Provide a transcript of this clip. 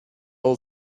all